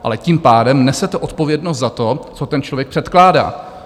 Ale tím pádem nesete odpovědnost za to, co ten člověk předkládá.